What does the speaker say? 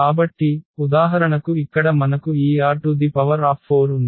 కాబట్టి ఉదాహరణకు ఇక్కడ మనకు ఈ R⁴ ఉంది